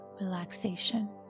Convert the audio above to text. relaxation